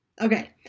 Okay